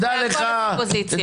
זה הכול לפי פוזיציה.